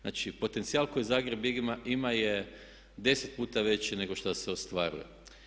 Znači potencijal koji Zagreb ima je 10 puta veći nego što se ostvaruje.